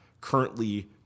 currently